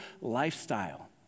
lifestyle